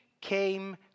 came